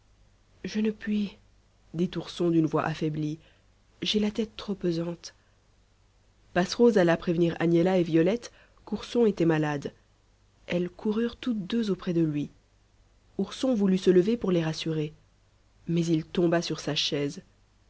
je ne puis dit ourson d'une voix affaiblie j'ai la tête trop pesante passerose alla prévenir agnella et violette qu'ourson était malade elles coururent toutes deux auprès de lui ourson voulut se lever pour les rassurer mais il tomba sur sa chaise